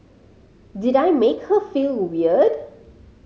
did I make her feel weird